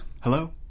Hello